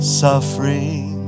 suffering